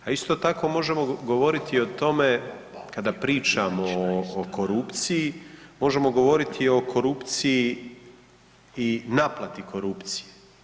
A isto tako možemo govoriti i o tome kada priča o korupciji, možemo govoriti o korupciji i naplati korupcije.